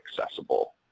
accessible